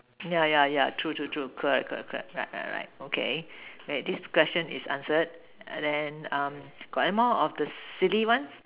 yeah yeah yeah true true true correct correct correct right right right okay that this question is answered then um got anymore of the silly one